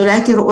אמיליה,